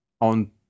on